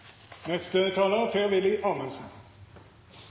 Neste taler